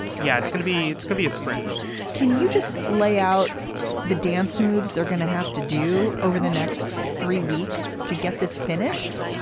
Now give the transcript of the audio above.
yeah, it's gonna be it's gonna be a sprint can you just lay out the dance moves they're going to have to do over the next three weeks to get this finished?